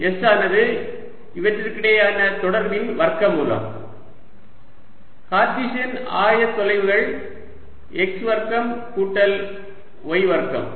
s ஆனது இவற்றிற்கிடையேயான தொடர்பின் வர்க்கமூலம் கார்ட்டீசியன் ஆயத்தொலைவுகள் x வர்க்கம் கூட்டல் y வர்க்கம்